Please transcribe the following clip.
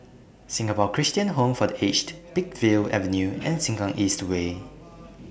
Singapore Christian Home For The Aged Peakville Avenue and Sengkang East Way